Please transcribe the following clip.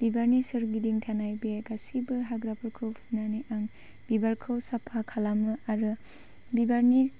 बिबारनि सोरगिदिं थानाय बे गासैबो हाग्राफोरखौ फुनानै आं बिबारखौ साफा खालामो आरो बिबारनि